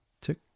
tick